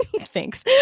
thanks